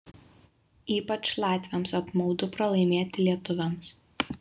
ypač latviams apmaudu pralaimėti lietuviams